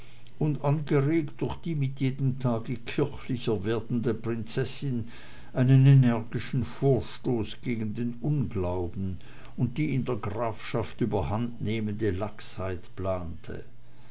und angeregt durch die mit jedem tage kirchlicher werdende prinzessin einen energischen vorstoß gegen den unglauben und die in der grafschaft überhandnehmende laxheit plante